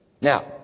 Now